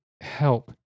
help